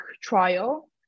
trial